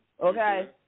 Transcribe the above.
Okay